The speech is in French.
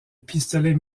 pistolet